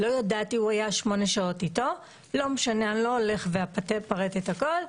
הוא היה שמונה שעות איתו, לא משנה, לא אפרט הכול.